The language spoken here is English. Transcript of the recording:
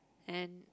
and